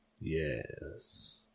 Yes